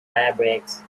fabrics